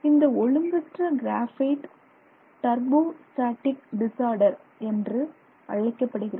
இந்த ஒழுங்கற்ற graphite turbostratic disorder என்று அழைக்கப்படுகிறது